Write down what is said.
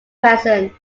present